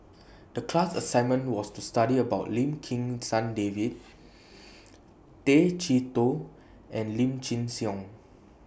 The class assignment was to study about Lim Kim San David Tay Chee Toh and Lim Chin Siong